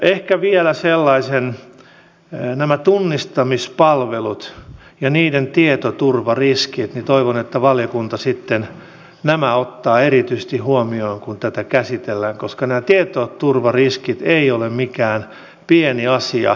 ehkä vielä sellaisen asian totean että mitä tulee näihin tunnistamispalveluihin ja niiden tietoturvariskeihin niin toivon että valiokunta sitten nämä ottaa erityisesti huomioon kun tätä käsitellään koska nämä tietoturvariskit eivät ole mikään pieni asia